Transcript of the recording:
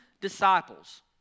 disciples